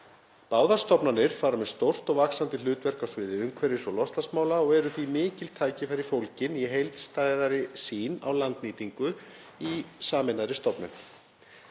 Báðar stofnanir fara með stórt og vaxandi hlutverk á sviði umhverfis- og loftslagsmála og eru því mikil tækifæri fólgin í heildstæðari sýn á landnýtingu í sameinaðri stofnun.